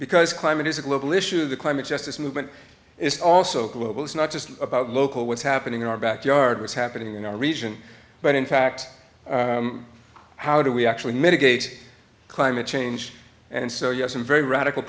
because climate is a global issue the climate justice movement is also global it's not just about local what's happening in our backyard what's happening in our region but in fact how do we actually mitigate climate change and so you have some very radical